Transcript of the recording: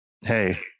Hey